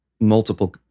multiple